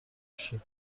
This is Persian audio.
میشه